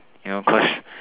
you know cause